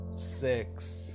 six